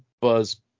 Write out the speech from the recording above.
Buzz